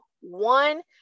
One